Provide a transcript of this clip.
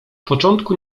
początku